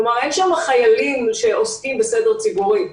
כלומר אין שום חיילים שעוסקים בסדר ציבורי.